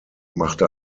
machte